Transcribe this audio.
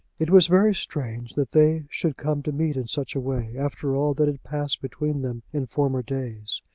it was very strange that they should come to meet in such a way, after all that had passed between them in former days.